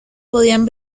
podían